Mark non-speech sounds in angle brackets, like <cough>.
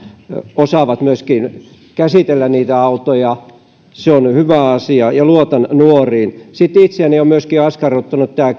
osaavat myöskin käsitellä niitä autoja se on hyvä asia ja luotan nuoriin sitten itseäni on myöskin askarruttanut tämä <unintelligible>